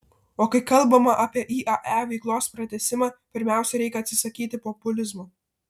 o kai kalbama apie iae veiklos pratęsimą pirmiausia reikia atsisakyti populizmo